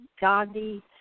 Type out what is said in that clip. Gandhi